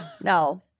No